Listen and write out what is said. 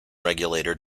regulator